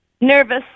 Nervous